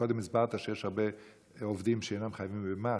קודם הסברת שיש הרבה עובדים שלא חייבים במס,